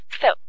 So